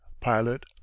pilot